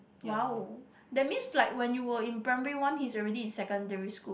!wow! that means like when you were in primary one he's already in secondary school